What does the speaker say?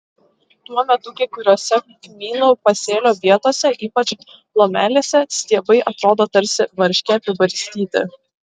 tuo metu kai kuriose kmynų pasėlio vietose ypač lomelėse stiebai atrodo tarsi varške apibarstyti